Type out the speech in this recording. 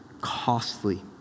costly